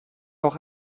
auch